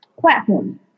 platform